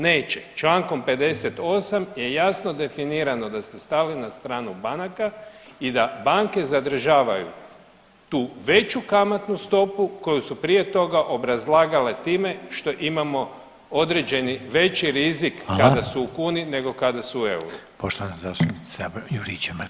Neće, člankom 58. je jasno definirano da ste stali na stranu banaka i da banke zadržavaju tu veću kamatnu stopu koju su prije toga obrazlagale time što imamo određeni veći rizik kada su u kuni, nego kada su u euru.